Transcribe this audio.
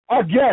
again